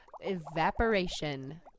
evaporation